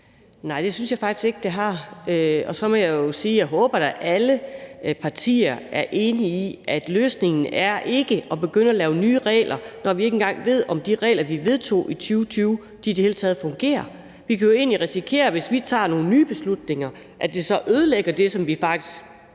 Nej, det synes jeg faktisk ikke det har. Og så må jeg jo sige, at jeg håber, at alle partier er enige i, at løsningen ikke er at begynde at lave nye regler, når vi ikke engang ved, om de regler, vi vedtog i 2020, i det hele taget fungerer. Vi kan jo egentlig risikere, hvis vi tager nogle nye beslutninger, at det så ødelægger det, som vi faktisk